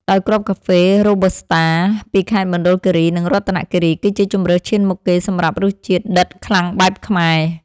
ដោយគ្រាប់កាហ្វេរ៉ូប៊ូស្តា ពីខេត្តមណ្ឌលគីរី និងរតនគីរី គឺជាជម្រើសឈានមុខគេសម្រាប់រសជាតិដិតខ្លាំងបែបខ្មែរ។